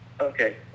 Okay